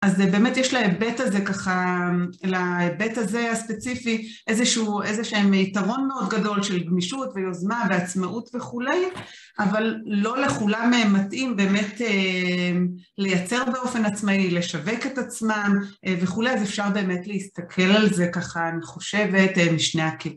אז באמת יש להיבט הזה ככה, להיבט הזה הספציפי איזשהו, איזה שהם יתרון מאוד גדול של גמישות ויוזמה ועצמאות וכולי, אבל לא לכולם מתאים באמת לייצר באופן עצמאי, לשווק את עצמם וכולי, אז אפשר באמת להסתכל על זה ככה, אני חושבת, משני הכוונים